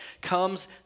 comes